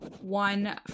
one